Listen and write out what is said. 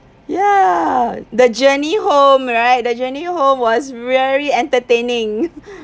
ya the journey home right the journey home was really entertaining